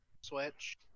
Switch